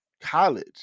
college